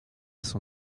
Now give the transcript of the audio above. son